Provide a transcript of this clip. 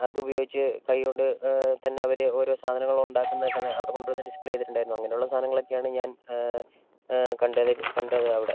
അതുപയോഗിച്ച് കൈകൊണ്ട് തന്നെ അവർ ഓരോ സാധനങ്ങൾ ഉണ്ടാക്കുന്നതൊക്കെ തന്നെ അവിടെ കൊണ്ടുവന്ന് ഡിസ്പ്ലേ ചെയ്തിട്ടുണ്ടായിരുന്നു അങ്ങനെയുള്ള സാധങ്ങളൊക്കെയാണ് ഞാൻ കണ്ടത് കണ്ടത് അവിടെ